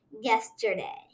yesterday